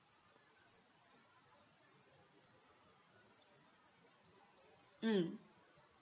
mm